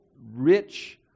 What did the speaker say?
rich